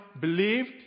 believed